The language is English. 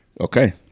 Okay